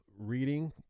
reading